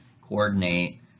coordinate